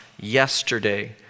yesterday